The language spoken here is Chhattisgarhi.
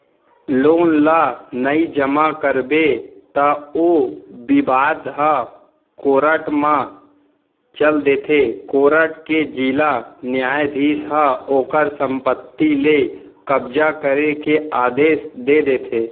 लोन ल नइ जमा करबे त ओ बिबाद ह कोरट म चल देथे कोरट के जिला न्यायधीस ह ओखर संपत्ति ले कब्जा करे के आदेस दे देथे